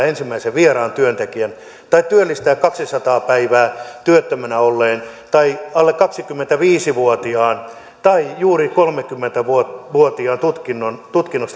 ensimmäisen vieraan työntekijän tai työllistää kaksisataa päivää työttömänä olleen tai alle kaksikymmentäviisi vuotiaan tai kolmekymmentä vuotiaan vuotiaan juuri tutkinnon